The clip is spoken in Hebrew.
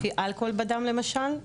לפי אלכוהול בדם למשל,